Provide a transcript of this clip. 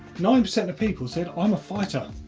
nine percent of people said i'm a fighter.